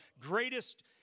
greatest